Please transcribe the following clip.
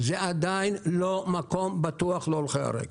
זה עדיין לא מקום בטוח להולכי הרגל.